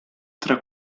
tra